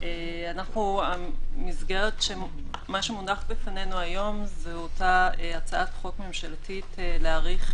מה שמונח בפנינו היום זו אותה הצעת חוק ממשלתית להארכת